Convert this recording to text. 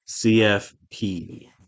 CFP